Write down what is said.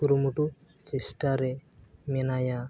ᱠᱩᱨᱩᱢᱩᱴᱩ ᱪᱮᱥᱴᱟᱨᱮ ᱢᱮᱱᱟᱭᱟ